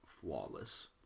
flawless